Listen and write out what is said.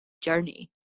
journey